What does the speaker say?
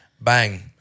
bang